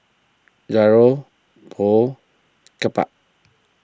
Gyros Pho Kimbap